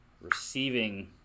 receiving